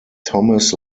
thomas